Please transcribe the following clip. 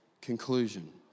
Conclusion